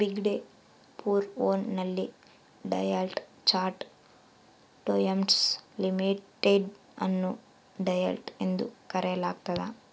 ಬಿಗ್ಡೆ four one ನಲ್ಲಿ Deloitte Touche Tohmatsu limited ಅನ್ನು Deloitte ಎಂದು ಕರೆಯಲಾಗ್ತದ